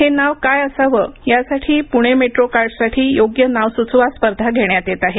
हे नाव काय असावं यासाठी पुणे मेट्रो कार्डसाठी योग्य नाव सुचवा स्पर्धा घेण्यात येत आहे